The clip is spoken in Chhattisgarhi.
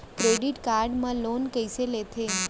क्रेडिट कारड मा लोन कइसे लेथे?